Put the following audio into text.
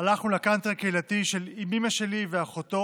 הלכנו לקאנטרי הקהילתי עם אימא שלי ואחותו.